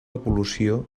evolució